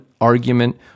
argument